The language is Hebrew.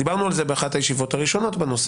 דיברנו על זה באחת הישיבות באחת הישיבות הראשונות.